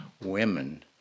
women